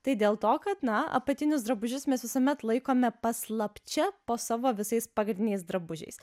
tai dėl to kad na apatinius drabužius mes visuomet laikome paslapčia po savo visais pagrindiniais drabužiais